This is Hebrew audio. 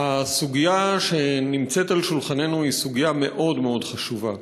הסוגיה שנמצאת על שולחננו היא סוגיה מאוד מאוד חשובה.